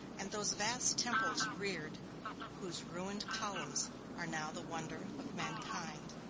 and those vast temples reared whose ruined columns are now the wonder of mankind.